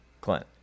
Clint